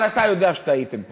אבל אתה יודע שטעיתם פה.